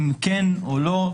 אם להזכיר אותם או לא.